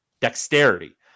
Dexterity